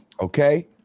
okay